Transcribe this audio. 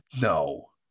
No